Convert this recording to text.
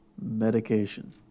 medication